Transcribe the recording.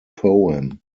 poem